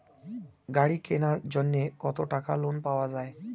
গাড়ি কিনার জন্যে কতো টাকা লোন পাওয়া য়ায়?